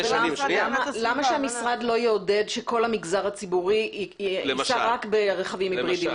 למה שהמשרד לא יעודד שכל המגזר הציבורי ייסע רק ברכבים היברידיים?